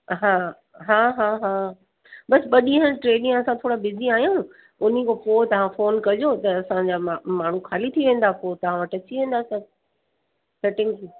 हा हा हा हा बसि ॿ ॾींहं टे ॾींहं असां थोरा बिजी आहियूं हुन खां पोइ तव्हां फ़ोन कजो त असांजा मा माण्हू ख़ाली थी वेंदा पोइ तव्हां वटि अची वेंदा सभु कटिंग जी